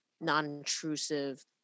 non-intrusive